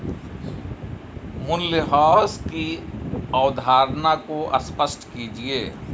मूल्यह्रास की अवधारणा को स्पष्ट कीजिए